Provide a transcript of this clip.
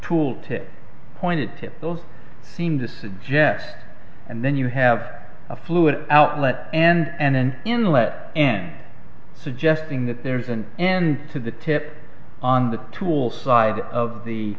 tool to point it to those seem to suggest and then you have a fluid outlet and then inlet and suggesting that there's an end to the tip on the tool side of the